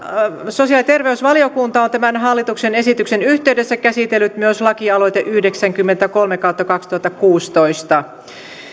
sosiaali ja terveysvaliokunta on tämän hallituksen esityksen yhteydessä käsitellyt myös lakialoitteen yhdeksänkymmentäkolme kautta kaksituhattakuusitoista